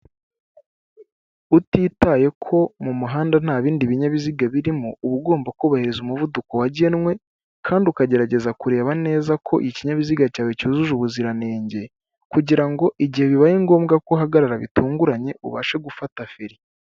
Utitaye ko mu muhanda nta bindi binyabiziga birimo uba ugomba kubahiriza umuvuduko wagenwe kandi ukagerageza kureba neza ko ikinyabiziga cyawe cyujuje ubuziranenge, kugira igihe bibaye ngombwa ko uhagarara bitunguranye ubashe gufata feri.